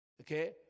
Okay